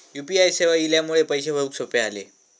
U P I सेवा इल्यामुळे पैशे भरुक सोपे झाले